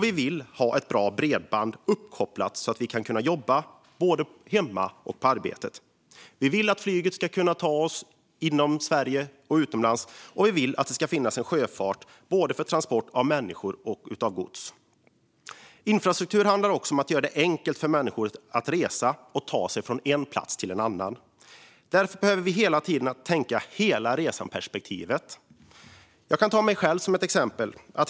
Vi vill ha ett bra bredband uppkopplat så att vi ska kunna jobba både hemma och på arbetet. Vi vill att flyget ska kunna ta oss inom Sverige och utomlands. Vi vill att det ska finnas en sjöfart för transport av både människor och gods. Infrastruktur handlar också om att göra det enkelt för människor att resa och ta sig från en plats till en annan. Därför behöver vi hela tiden tänka i hela resan-perspektivet. Jag kan ta mig själv som ett exempel.